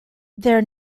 their